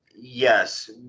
Yes